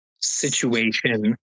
situation